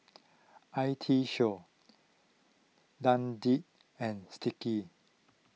I T Show Dundee and Sticky